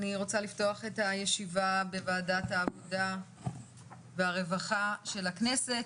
אני רוצה לפתוח את הישיבה של ועדת העבודה והרווחה של הכנסת.